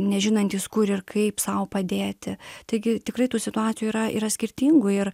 nežinantys kur ir kaip sau padėti taigi tikrai tų situacijų yra yra skirtingų ir